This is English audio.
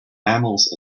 mammals